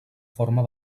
forma